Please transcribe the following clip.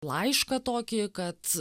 laišką tokį kad